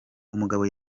umugabo